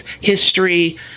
history